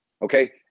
Okay